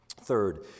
Third